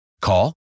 Call